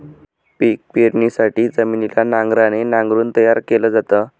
पिक पेरणीसाठी जमिनीला नांगराने नांगरून तयार केल जात